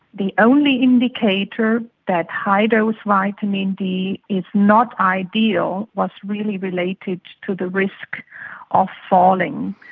the only indicator that high dose vitamin d is not ideal was really related to the risk of falling.